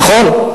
נכון?